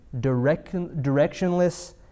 directionless